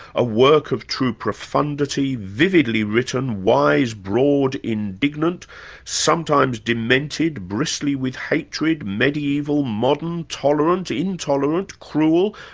a work of true profundity vividly written, wise, broad, indignant sometimes demented, bristling with hatred, mediaeval, modern, tolerant, intolerant, cruel,